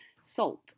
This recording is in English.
salt